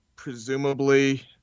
Presumably